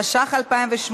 התשע"ח 2018,